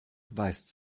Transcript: weist